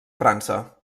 frança